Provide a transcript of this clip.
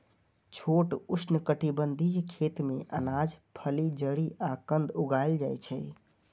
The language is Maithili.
छोट उष्णकटिबंधीय खेत मे अनाज, फली, जड़ि आ कंद उगाएल जाइ छै